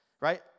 Right